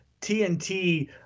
TNT